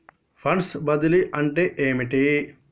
Funds బదిలీ అంటే ఏమిటి?